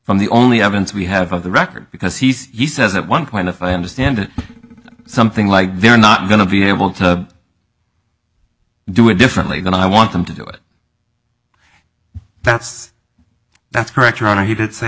from the only evidence we have of the record because he says at one point if i understand something like they're not going to be able to do it differently then i want them to do it that's that's correct your honor he did say